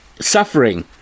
suffering